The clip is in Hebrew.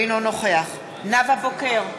אינו נוכח נאוה בוקר,